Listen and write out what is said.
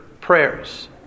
prayers